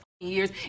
years